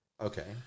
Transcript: Okay